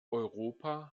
europa